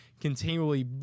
continually